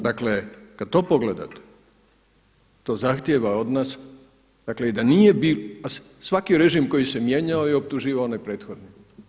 Dakle, kad to pogledate, to zahtjeva od nas, dakle, i da nije bilo, svaki režim koji se mijenjao je optuživao one prethodne.